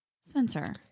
Spencer